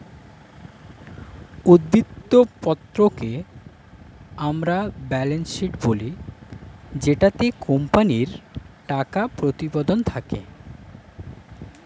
উদ্ধৃত্ত পত্রকে আমরা ব্যালেন্স শীট বলি জেটাতে কোম্পানির টাকা প্রতিবেদন থাকে